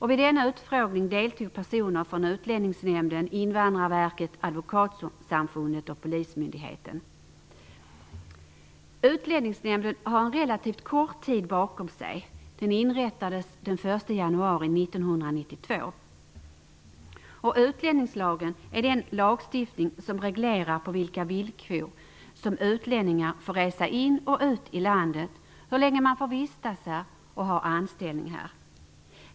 Vid denna utfrågning deltog personer från Utlänningsnämnden, Invandrarverket, Advokatsamfundet och Polismyndigheten. Utlänningsnämnden har en relativt kort tid bakom sig. Den inrättades den 1 januari 1992. Utlänningslagen är den lagstiftning som reglerar på vilka villkor som utlänningar får resa in och ut i landet, hur länge man får vistas och hur länge man får ha anställning här.